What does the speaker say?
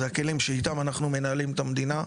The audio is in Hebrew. זה הכלים שאיתם אנחנו מנהלים את המדינה,